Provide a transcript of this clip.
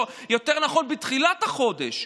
או יותר נכון בתחילת החודש.